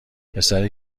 پسری